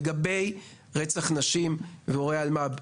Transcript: לגבי רצח נשים ואירועי אלמ״ב,